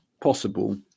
possible